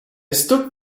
stood